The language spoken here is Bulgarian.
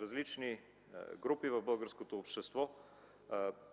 различни групи в българското общество,